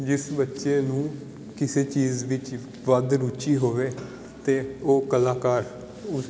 ਜਿਸ ਬੱਚੇ ਨੂੰ ਕਿਸੇ ਚੀਜ਼ ਵਿੱਚ ਵੱਧ ਰੁਚੀ ਹੋਵੇ ਤਾਂ ਉਹ ਕਲਾਕਾਰ ਉ